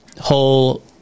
whole